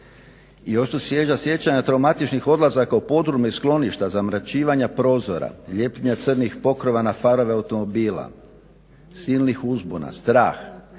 Još su svježa sjećanja traumatičnih odlazaka u podrume i skloništa, zamračivanja prozora, lijepljenja crnih pokrova na farove automobila, silnih uzbuna, strah,